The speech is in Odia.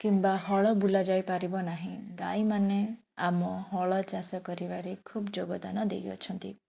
କିମ୍ବା ହଳ ବୁଲାଯାଇ ପାରିବନାହିଁ ଗାଈମାନେ ଆମ ହଳ ଚାଷ କରିବାରେ ଖୁବ୍ ଯୋଗଦାନ ଦେଇଅଛନ୍ତି